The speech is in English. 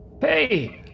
Hey